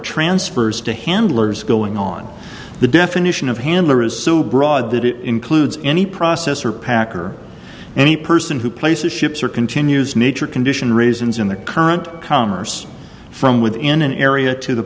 transfers to handlers going on the definition of handler is so broad that it includes any processor packer any person who places ships or continues major condition raisins in the current commerce from within an area to the